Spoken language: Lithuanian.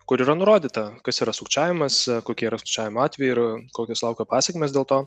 kur yra nurodyta kas yra sukčiavimas kokie yra sukčiavimo atvejai ir kokios laukia pasekmės dėl to